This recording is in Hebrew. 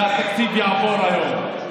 והתקציב יעבור היום.